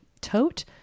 tote